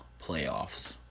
playoffs